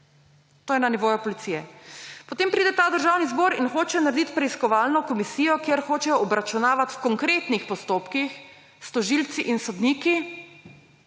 To je na nivoju policije. Potem pride v ta državni zbor in hoče narediti preiskovalno komisijo, kjer hočejo obračunavati v konkretnih postopkih s tožilci in sodniki,